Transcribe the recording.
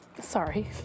Sorry